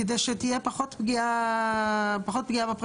כדי שתהיה פחות פגיעה בפרטיות.